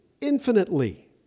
infinitely